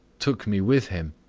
took me with him,